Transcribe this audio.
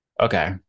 Okay